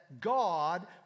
God